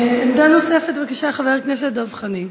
עמדה נוספת, בבקשה, חבר הכנסת דב חנין.